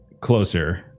closer